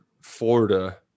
florida